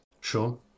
Sure